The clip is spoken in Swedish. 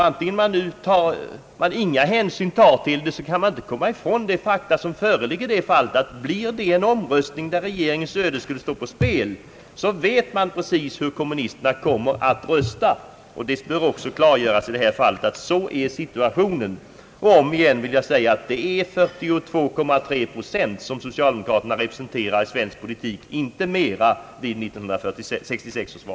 Även om man inte tar några hänsyn till partiet kan man inte komma ifrån det faktum som föreligger i detta fall — om det blir en omröstning, där regeringens öde skulle stå på spel, så vet man precis hur kommunisterna kommer att rösta. Det bör i detta fall klargöras att så är situationen. Ännu en gång vill jag nämna, att so cialdemokraterna vid 1966 års val representerade 42,3 procent i svensk politik, inte mera.